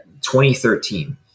2013